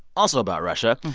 also about russia.